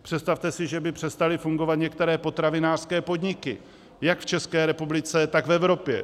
Představte si, že by přestaly fungovat některé potravinářské podniky jak v České republice, tak v Evropě.